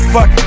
Fuck